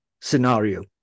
scenario